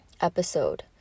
episode